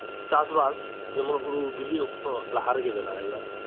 ᱪᱟᱥ ᱵᱟᱥ ᱡᱮᱢᱚᱱ ᱦᱩᱲᱩ ᱵᱤᱞᱤ ᱚᱠᱛᱚ ᱞᱟᱦᱟᱨᱮᱜᱮ ᱵᱮᱱᱟᱣ ᱦᱩᱭᱩᱜ ᱟ